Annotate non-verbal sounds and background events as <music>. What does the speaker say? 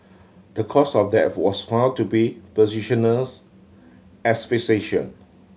the cause of death was found to be positional <unintelligible> asphyxiation